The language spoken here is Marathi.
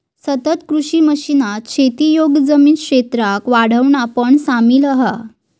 सतत कृषी राष्ट्रीय मिशनात शेती योग्य जमीन क्षेत्राक वाढवणा पण सामिल हा